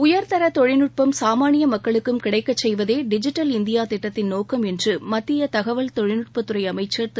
உயர்தர தொழில்நுட்பம் சாமானிய மக்களுக்கும் கிடைக்கச் செய்வதே டிஜிடல் இந்தியா திட்டத்தின் நோக்கம் என்று மத்திய தகவல் தொழில்நுட்பத்துறை அமைச்சர் திரு